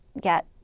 get